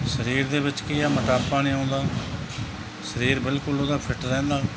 ਸਰੀਰ ਦੇ ਵਿੱਚ ਕੀ ਹੈ ਮੋਟਾਪਾ ਨਹੀਂ ਆਉਂਦਾ ਸਰੀਰ ਬਿਲਕੁਲ ਉਹਦਾ ਫਿੱਟ ਰਹਿੰਦਾ